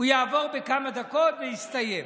הוא יעבור בכמה דקות ויסתיים.